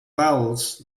vowels